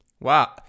wow